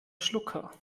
schlucker